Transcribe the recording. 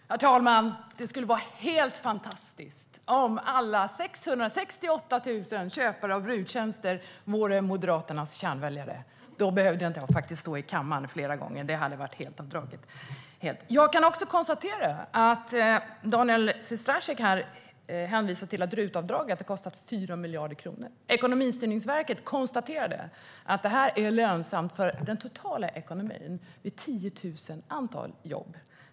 Herr talman! Det skulle vara helt fantastiskt om alla 668 000 köpare av RUT-tjänster hörde till Moderaternas kärnväljare! Då hade jag inte behövt stå i kammaren fler gånger. Daniel Sestrajcic hänvisar till att RUT-avdraget har kostat 4 miljarder kronor. Ekonomistyrningsverket konstaterade att det här är lönsamt för den totala ekonomin vid 10 000 jobb.